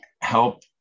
help